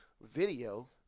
video